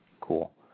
Cool